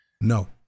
no